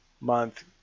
Month